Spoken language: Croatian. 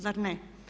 Zar ne?